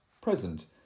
present